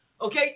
okay